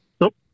Nope